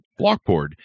Blockboard